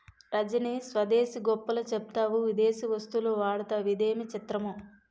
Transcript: రజనీ స్వదేశీ గొప్పలు చెప్తావు విదేశీ వస్తువులు వాడతావు ఇదేమి చిత్రమో